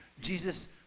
Jesus